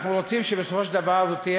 אנחנו רוצים שבסופו של דבר זאת תהיה